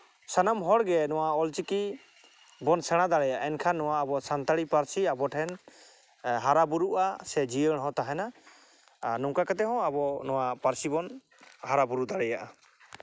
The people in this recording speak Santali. ᱥᱟᱱᱟᱢ ᱦᱚᱲᱜᱮ ᱱᱚᱣᱟ ᱚᱞᱪᱤᱠᱤ ᱵᱚᱱ ᱥᱮᱬᱟ ᱫᱟᱲᱮᱭᱟᱜᱼᱟ ᱮᱱᱠᱷᱟᱱ ᱱᱚᱣᱟ ᱟᱵᱚ ᱥᱟᱱᱛᱟᱲᱤ ᱯᱟᱹᱨᱥᱤ ᱟᱵᱚ ᱴᱷᱮᱱ ᱦᱟᱨᱟᱼᱵᱩᱨᱩᱜᱼᱟ ᱥᱮ ᱡᱤᱭᱟᱹᱲ ᱦᱚᱸ ᱛᱟᱦᱮᱱᱟ ᱟᱨ ᱱᱚᱝᱠᱟ ᱠᱟᱛᱮᱫ ᱦᱚᱸ ᱱᱚᱣᱟ ᱯᱟᱹᱨᱥᱤ ᱵᱚᱱ ᱦᱟᱨᱟᱼᱵᱩᱨᱩ ᱫᱟᱲᱮᱭᱟᱜᱼᱟ